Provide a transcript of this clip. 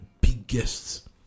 biggest